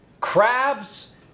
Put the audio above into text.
crabs